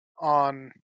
on